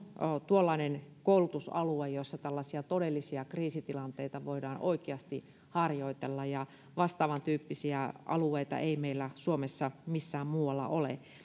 tuollainen koulutusalue jossa tällaisia todellisia kriisitilanteita voidaan oikeasti harjoitella vastaavantyyppisiä alueita ei meillä suomessa missään muualla ole